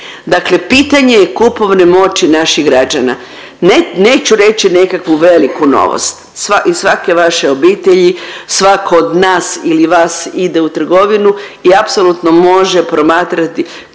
dakle pitanje je kupovne moći naših građana. Ne, neću reći nekakvu veliku novost i svako iz vaše obitelji, svako od nas ili vas ide u trgovinu i apsolutno može promatrati